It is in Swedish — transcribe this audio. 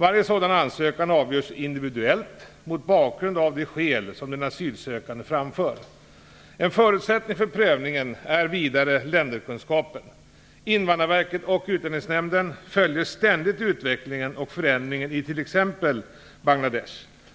Varje sådan ansökan avgörs individuellt mot bakgrund av de skäl som den asylsökande framför. En förutsättning för prövningen är vidare länderkunskapen. Invandrarveket och Utlänningsnämnden följer ständigt utvecklingen och förändringen i t.ex. Bangladesh.